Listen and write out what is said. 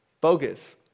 Bogus